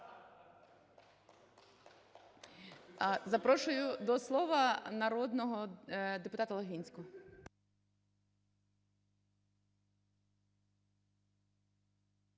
Запрошую до слова народного депутата Логвинського